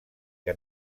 que